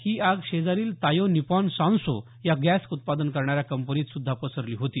ही आग शेजारील Taiyo Nippon Sanso या गॅस उत्पादन करणाऱ्या कंपनीत सुद्धा पसरली होती